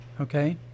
Okay